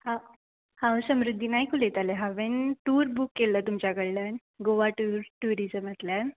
आं हांव समृद्दी नायक उलयताले हांवें टूर बूक केल्लो तुमच्या कडल्यान गोवा टुर ट्युरिजमांतल्यान